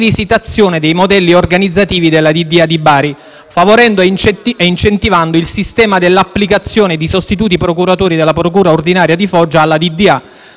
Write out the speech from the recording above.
rivisitazione dei modelli organizzativi della DDA di Bari, favorendo e incentivando il sistema dell'applicazione di sostituti procuratori della procura ordinaria di Foggia alla DDA,